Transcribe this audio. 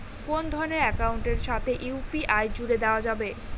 কোন ধরণের অ্যাকাউন্টের সাথে ইউ.পি.আই জুড়ে দেওয়া যাবে?